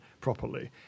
properly